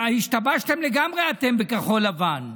השתבשתם לגמרי, אתם בכחול לבן.